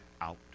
out